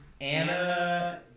Anna